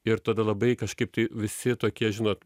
ir tada labai kažkaip tai visi tokie žinot